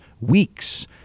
weeks